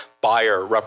buyer